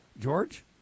George